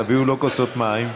תביאו לו כוסות מים.